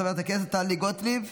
חברת הכנסת טלי גוטליב,